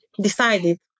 decided